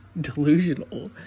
delusional